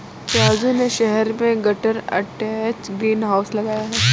राजू ने शहर में गटर अटैच्ड ग्रीन हाउस लगाया है